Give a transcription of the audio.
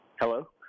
Hello